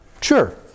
sure